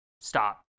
stop